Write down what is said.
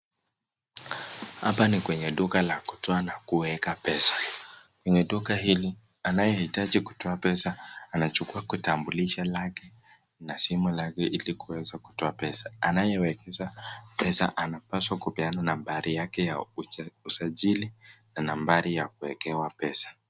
Hapa ni kwenye duka la kutoa na kuweka pesa , kwenye duka hili anayehitaji kutoa pesa anachukua kitambulisho lake na simu lake ili kuweza kutoa pesa anayewekeza pesa anapaswa kupeana nambari yake ya usajili na nambari ya kuwekewa pesa.